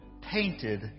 painted